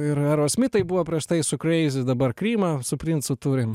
ir aerosmitai buvo prieš tai su crazy dabar krymą su princu turim